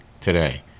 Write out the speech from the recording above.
today